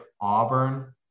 Auburn